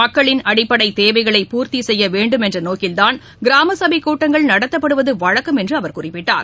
மக்களின் அடிப்படை தேவைகளை பூர்த்தி செய்ய வேண்டுமென்ற நோக்கில்தான் கிராம சபைக் கூட்டங்கள் நடத்தப்படுவது வழக்கம் என்று அவர் குறிப்பிட்டார்